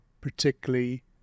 particularly